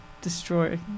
destroy